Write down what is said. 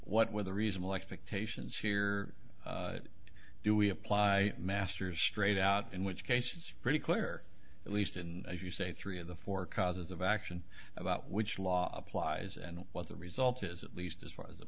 what were the reasonable expectations here do we apply masters straight out in which case it's pretty clear at least in as you say three of the four causes of action about which law applies and what the result is at least as far as